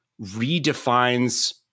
redefines